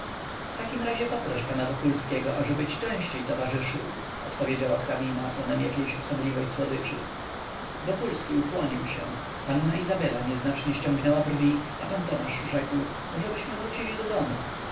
w takim razie poproś pana wokulskiego ażeby ci częściej towarzyszył odpowiedziała hrabina tonem jakiejś osobliwej słodyczy wokulski ukłonił się panna izabela nieznacznie ściągnęła brwi a pan tomasz rzekł możebyśmy wrócili do domu